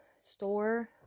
store